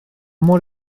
mor